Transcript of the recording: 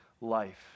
life